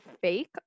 fake